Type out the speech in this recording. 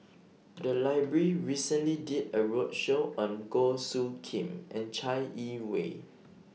The Library recently did A roadshow on Goh Soo Khim and Chai Yee Wei